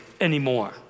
anymore